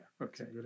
Okay